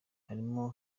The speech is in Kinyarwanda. harimo